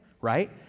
right